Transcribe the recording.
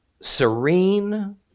serene